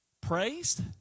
praised